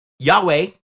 Yahweh